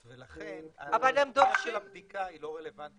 ולכן התוצאה של הבדיקה לא רלוונטית.